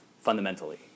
fundamentally